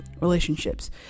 relationships